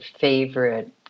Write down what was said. favorite